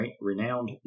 renowned